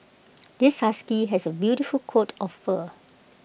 this husky has A beautiful coat of fur